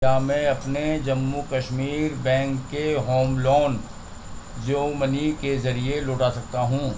کیا میں اپنے جموں کشمیر بینک کے ہوم لون جیو منی کے ذریعے لوٹا سکتا ہوں